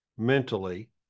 Mentally